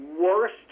worst